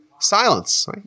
Silence